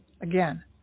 Again